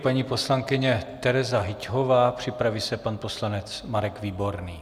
Paní poslankyně Tereza Hyťhová, připraví se pan poslanec Marek Výborný.